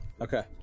Okay